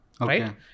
right